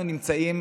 אנחנו נמצאים,